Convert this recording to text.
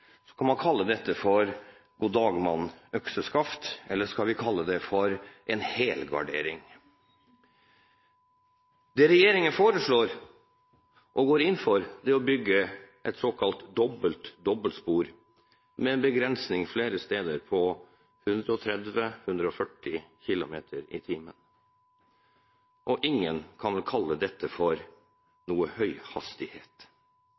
kan man kalle dette for «god dag, mann – økseskaft», eller skal vi kalle det for en helgardering. Det regjeringen foreslår og går inn for, er å bygge et såkalt dobbelt dobbeltspor med en begrensning flere steder på 130–140 km/t. Ingen kan kalle dette for